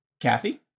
Kathy